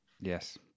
Yes